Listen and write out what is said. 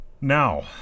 Now